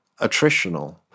attritional